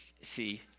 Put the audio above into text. see